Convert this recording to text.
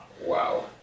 Wow